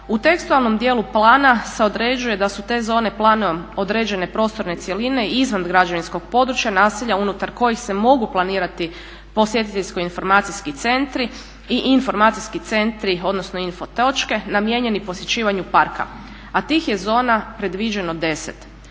U tekstualnom dijelu plana se određuje da su te zone planom određene prostorne cjeline i izvan građevinskog područja, naselja unutar kojih se mogu planirati posjetiteljsko-informacijski centri i informacijski centri odnosno info točke namijenjeni posjećivanju parka, a tih je zona predviđeno 10.